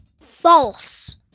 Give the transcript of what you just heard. False